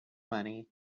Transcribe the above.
money